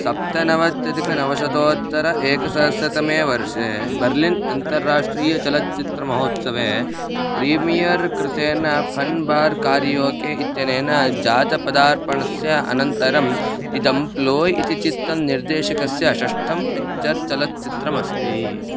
सप्तनवत्यधिकनवशतोत्तरम् एकसहस्रतमे वर्षे बर्लिन् अन्तर्राष्ट्रीयचलच्चित्रमहोत्सवे प्रीमियर् कृतेन फन्बार् कारियोके इत्यनेन जातपदार्पणस्य अनन्तरम् इदं प्लोय् इति चित्रनिर्देशकस्य षष्ठं पिक्च्चर् चलच्चित्रमस्ति